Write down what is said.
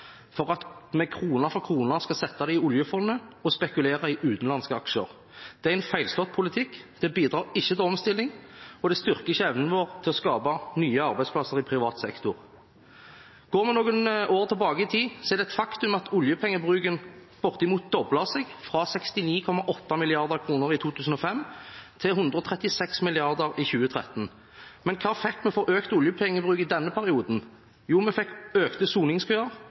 for at de krone for krone skal sette det i oljefondet og spekulere i utenlandske aksjer. Det er en feilslått politikk. Det bidrar ikke til omstilling, og det styrker ikke evnen vår til å skape nye arbeidsplasser i privat sektor. Går vi noen år tilbake i tid, er det et faktum at oljepengebruken bortimot doblet seg, fra 69,8 mrd. kr i 2005 til 136 mrd. kr i 2013. Men hva fikk vi for økt oljepengebruk i denne perioden? Jo, vi fikk økte soningskøer,